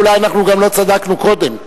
אולי גם לא צדקנו קודם.